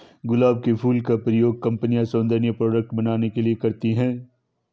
गुलाब के फूल का प्रयोग कई कंपनिया सौन्दर्य प्रोडेक्ट बनाने के लिए करती है